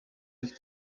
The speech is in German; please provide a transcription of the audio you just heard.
sich